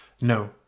No